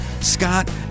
scott